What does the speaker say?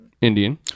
Indian